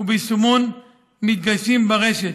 וביישומון "מתגייסים ברשת",